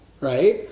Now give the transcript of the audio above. right